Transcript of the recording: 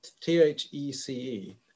T-H-E-C-E